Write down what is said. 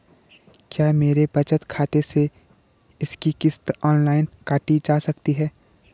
क्या मेरे बचत खाते से इसकी किश्त ऑनलाइन काटी जा सकती है?